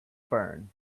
burn